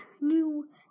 new